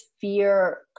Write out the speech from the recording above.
fear